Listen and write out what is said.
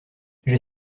j’ai